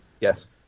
Yes